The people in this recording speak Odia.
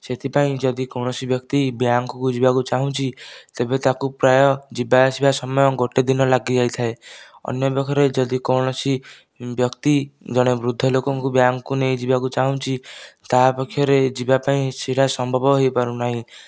ସେଥିପାଇଁ ଯଦି କୌଣସି ବ୍ୟକ୍ତି ବ୍ୟାଙ୍କକୁ ଯିବାକୁ ଚାଁହୁଛି ତେବେ ତାକୁ ପ୍ରାୟ ଯିବା ଆସିବା ସମୟ ଗୋଟିଏ ଦିନ ଲାଗିଯାଇଥାଏ ଅନ୍ୟ ପକ୍ଷରେ ଯଦି କୌଣସି ବ୍ୟକ୍ତି ଜଣେ ବୃଦ୍ଧ ଲୋକଙ୍କୁ ବ୍ୟାଙ୍କକୁ ନେଇଯିବା କୁ ଚାଁହୁଛି ତାହା ପକ୍ଷରେ ଯିବା ପାଇଁ ସେଇଟା ସମ୍ଭବ ହୋଇପାରୁନାହିଁ